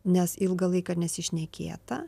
nes ilgą laiką nesišnekėta